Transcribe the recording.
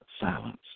silence